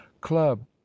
club